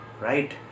Right